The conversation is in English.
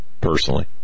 personally